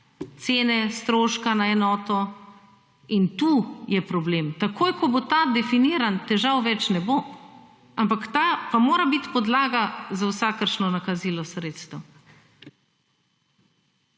cene stroška na enoto in tukaj je problem. Takoj, ko bo ta definiran težav več ne bo, ampak ta pa mora biti podlaga za vsakršno nakazilo sredstev.